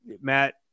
Matt